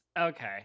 Okay